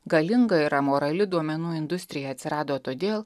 galinga ir amorali duomenų industrija atsirado todėl